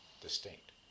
distinct